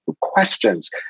Questions